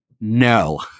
no